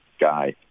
guy